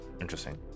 Interesting